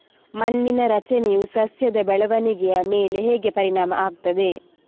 ಮಣ್ಣಿನ ರಚನೆಯು ಸಸ್ಯದ ಬೆಳವಣಿಗೆಯ ಮೇಲೆ ಹೇಗೆ ಪರಿಣಾಮ ಆಗ್ತದೆ?